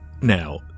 Now